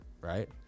right